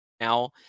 now